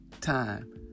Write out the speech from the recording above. time